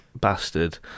bastard